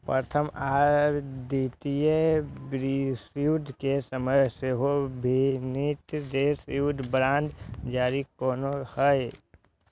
प्रथम आ द्वितीय विश्वयुद्ध के समय सेहो विभिन्न देश युद्ध बांड जारी केने रहै